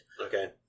Okay